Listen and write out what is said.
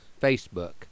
Facebook